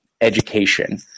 education